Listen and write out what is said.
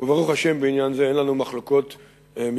וברוך השם, בעניין הזה אין לנו מחלוקות מפלגתיות.